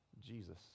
Jesus